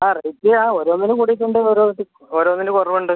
ആ ഇത് ആ ഓരോന്നിനും കൂടിയിട്ടുണ്ട് ഓരോ ഓരോന്നിന് കുറവുണ്ട്